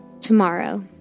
Tomorrow